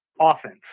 offense